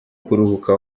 kuruhuka